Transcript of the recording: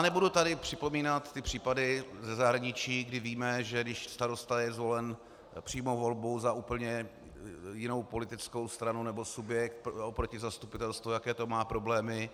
Nebudu tady připomínat případy ze zahraničí, kdy víme, že když starosta je zvolen přímou volbou za úplně jinou politickou stranu nebo subjekt oproti zastupitelstvu, jaké to má problémy.